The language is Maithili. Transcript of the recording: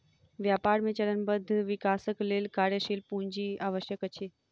व्यापार मे चरणबद्ध विकासक लेल कार्यशील पूंजी आवश्यक अछि